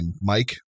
Mike